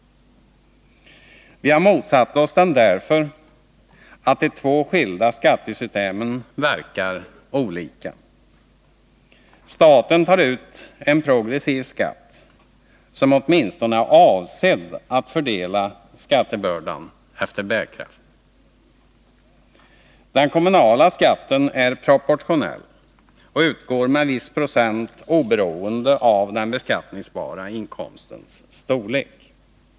Vi har motsatt oss den därför att de två skilda skattesystemen verkar olika. Staten tar ut en progressiv skatt, som åtminstone är avsedd att fördela skattebördan efter bärkraft. Den kommunala skatten är proportionell och utgår med viss procent, oberoende av den beskattningsbara inkomstens storlek.